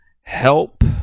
help